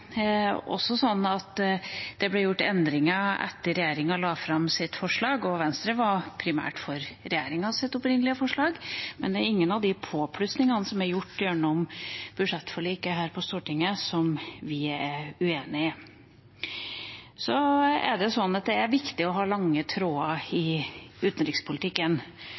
gjort endringer etter at regjeringa la fram sitt forslag. Venstre var primært for regjeringas opprinnelige forslag, men det er ingen av de påplussingene som er gjort gjennom budsjettforliket her på Stortinget, som vi er uenig i. Det er viktig å ha lange tråder i utenrikspolitikken.